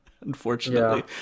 unfortunately